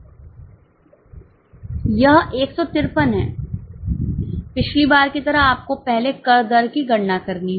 यह 153 हैं पिछली बार की तरह आपको पहले कर दर की गणना करनी होगी